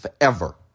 Forever